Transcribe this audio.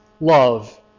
love